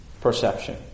perception